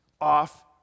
off